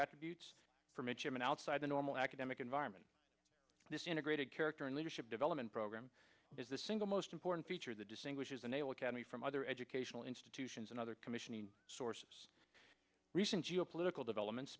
attributes from a chairman outside the normal academic environment this integrated character and leadership development program is the single most important feature the distinguishes the naval academy from other educational institutions and other commissioning sources recent geopolitical developments